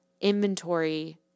inventory